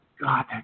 God